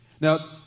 Now